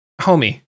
homie